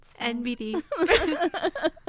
NBD